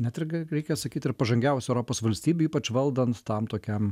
net ir g reikia sakyt ir pažangiausių europos valstybių ypač valdant tam tokiam